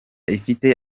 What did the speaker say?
ifite